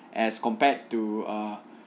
as compared to a